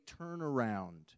turnaround